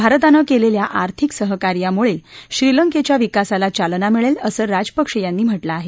भारतानं केलेल्या आर्थिक सहकार्यामुळे श्रीलंकेच्या विकासाला चालना मिळेल असं राजपक्षे यांनी म्हाकिं आहे